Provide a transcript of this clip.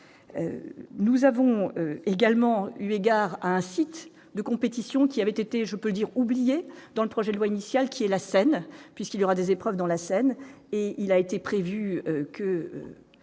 nous avons également eu égard à un site de compétition qui avait été, je peux dire, dans le projet de loi initiale qui est la scène puisqu'il y aura des épreuves dans la Seine, et il a été prévu que